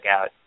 out